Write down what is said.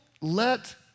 let